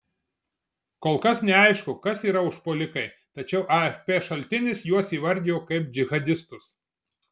kol kas neaišku kas yra užpuolikai tačiau afp šaltinis juos įvardijo kaip džihadistus